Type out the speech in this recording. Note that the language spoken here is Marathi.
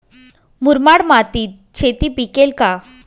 मुरमाड मातीत शेती पिकेल का?